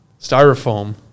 styrofoam